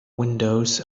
windows